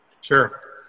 Sure